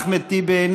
אחמד טיבי,